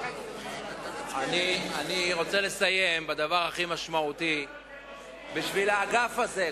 אני רוצה לסיים בדבר הכי משמעותי בשביל האגף הזה,